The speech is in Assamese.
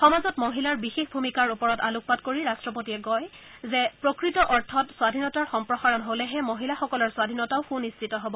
সমাজত মহিলাৰ বিশেষ ভূমিকাৰ ওপৰত আলোকপাত কৰি ৰাট্টপতিয়ে কয় যে প্ৰকৃত অৰ্থত স্বাধীনতাৰ সম্প্ৰসাৰণ হলেহে মহিলাসকলৰ স্বাধীনতাও সুনিশ্চিত হব